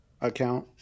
account